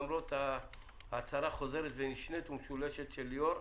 למרות ההצהרה החוזרת והנשנית והמשולשת של ליאור,